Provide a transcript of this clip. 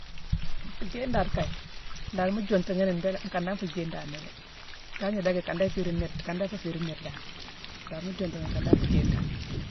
Nfuu jééye ndaade kaye, ndari mu juntughi ni, mbéé la-nkane dan nfu jééye ndaadena dé. Tangna dan, ikan dan iféérine nniide-ikan dan ifuu féérine nniide dan. Ndari mu yunti ghi ni, nkan dan nfuu jééye ndaade.